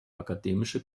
akademische